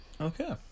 Okay